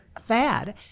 fad